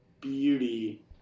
beauty